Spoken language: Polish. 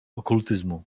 okultyzmu